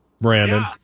Brandon